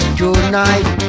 tonight